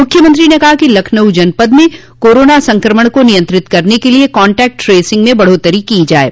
मुख्यमंत्री ने कहा कि लखनऊ जनपद में कोरोना संक्रमण को नियंत्रित करने के लिये काटेक्ट ट्रैसिंग में बढ़ोत्तरी की जाये